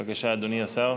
בבקשה, אדוני השר.